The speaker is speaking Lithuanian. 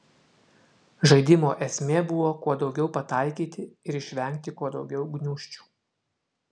žaidimo esmė buvo kuo daugiau pataikyti ir išvengti kuo daugiau gniūžčių